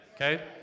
Okay